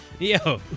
Yo